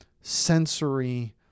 sensory